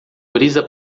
brisa